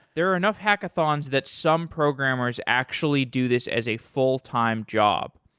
there are enough hackathons that some programmers actually do this as a full-time job.